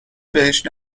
بهش